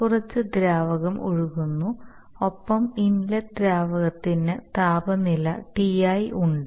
കുറച്ച് ദ്രാവകം ഒഴുകുന്നു ഒപ്പം ഇൻലെറ്റ് ദ്രാവകത്തിന് താപനില Ti ഉണ്ട്